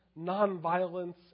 nonviolence